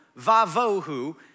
vavohu